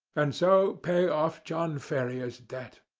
and so pay off john ferrier's debt.